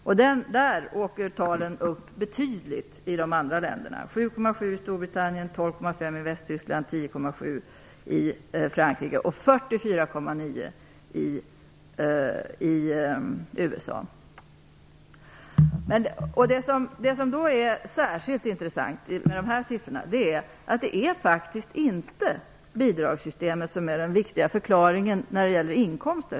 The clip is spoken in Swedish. Siffrorna är betydligt högre i de andra länderna: 7,7 % i Storbritannien, 12,5 % i Västtyskland, Det som är särskilt intressant med dessa siffror är att bidragssystemet faktiskt inte är den viktiga förklaringen när det gäller inkomster.